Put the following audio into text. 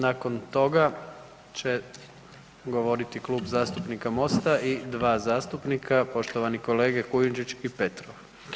Nakon toga će govoriti Kluba zastupnika Mosta i dva zastupnika, poštovani kolege Kujundžić i Petrov.